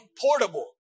portable